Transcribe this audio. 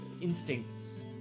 instincts